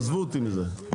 עזבו אותי מזה.